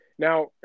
Now